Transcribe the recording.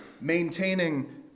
maintaining